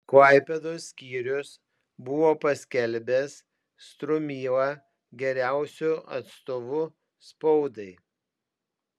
klaipėdos skyrius buvo paskelbęs strumylą geriausiu atstovu spaudai